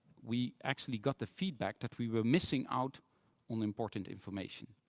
we actually got the feedback that we were missing out on important information.